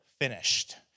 finished